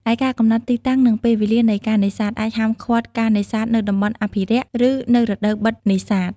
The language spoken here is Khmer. ឯ ការកំណត់ទីតាំង និងពេលវេលានៃការនេសាទ អាចហាមឃាត់ការនេសាទនៅតំបន់អភិរក្ស ឬនៅរដូវបិទនេសាទ។